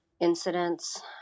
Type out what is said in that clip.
incidents